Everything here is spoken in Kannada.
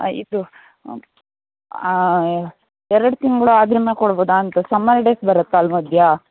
ಇದು ಎರಡು ತಿಂಗ್ಳು ಆದ್ ಮೇಲೆ ಕೊಡ್ಬೋದಾ ಅಂತ ಸಮ್ಮರ್ ಡೇಸ್ ಬರತ್ತೆ ಅಲ್ಲ ಮಧ್ಯ